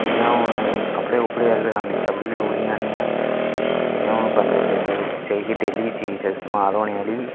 जि'यां हून कपड़े कुपड़े आह्ला दकानें चपली चुपलियां आह्लियां जि'यां हून बंदे गी कोई चाही दी डेली चीज इस्तेमाल होने आह्ली